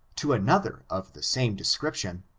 to another of the same description,